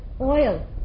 oil